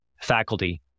faculty